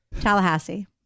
Tallahassee